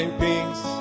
peace